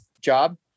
job